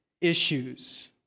issues